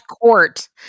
court